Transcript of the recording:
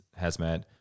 hazmat